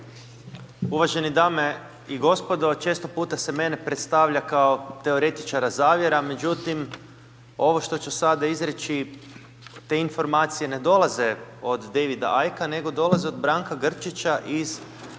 Uvažene dame i gospodo često puta se mene predstavlja teoretičara zavjera, međutim ovo što ću sada izreći te informacije ne dolaze od Davida Ickea nego dolaze od Branka Grčića iz